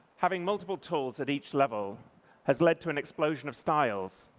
having multiple tools at each level has led to an explosion of styles,